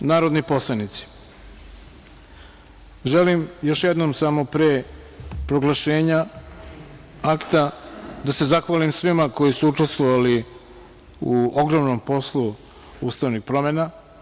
Poštovani narodni poslanici, želim još jednom samo pre proglašenja Akta da se zahvalim svima koji su učestvovali u ogromnom poslu ustavnih promena.